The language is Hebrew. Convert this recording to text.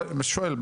שואל,